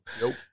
nope